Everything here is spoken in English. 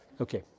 Okay